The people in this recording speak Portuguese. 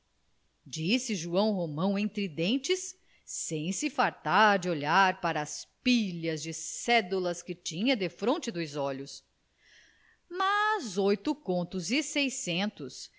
disse joão romão entre dentes sem se fartar de olhar para as pilhas de cédulas que tinha defronte dos olhos mais oito contos e seiscentos